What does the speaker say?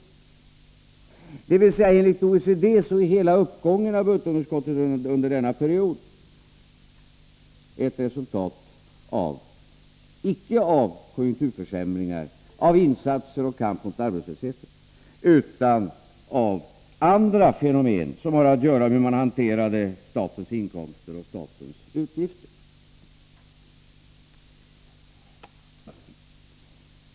Enligt OECD är alltså hela uppgången av budgetunderskottet under denna period ett resultat icke av konjunkturförsämringar och insatser i kamp mot arbetslösheten, utan av andra fenomen som har att göra med hur man hanterade statens inkomster och statens utgifter.